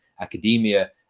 academia